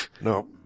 no